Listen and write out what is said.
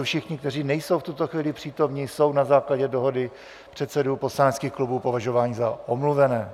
Všichni, kteří nejsou v tuto chvíli přítomni, jsou na základě dohody předsedů poslaneckých klubů považováni za omluvené.